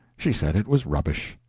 she said it was rubbish.